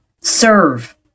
serve